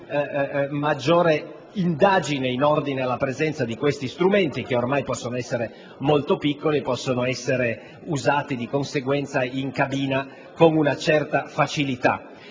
maggiori indagini sulla presenza di questi strumenti, che ormai possono essere molto piccoli e possono essere usati di conseguenza in cabina con una certa facilità.